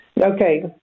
Okay